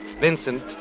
Vincent